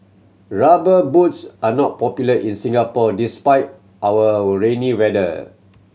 Rubber Boots are not popular in Singapore despite our all rainy weather